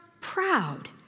proud